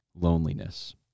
loneliness